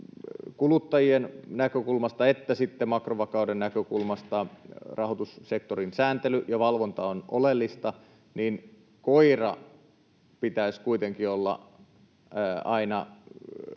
yksityiskuluttajien näkökulmasta että sitten makrovakauden näkökulmasta rahoitussektorin sääntely ja valvonta on oleellista, niin koiran pitäisi kuitenkin olla aina omillaan